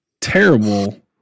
terrible